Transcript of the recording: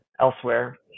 elsewhere